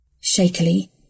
Shakily